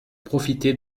profiter